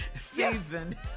season